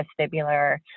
vestibular